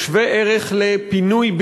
כשווה ערך לפינוי-בינוי.